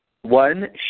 one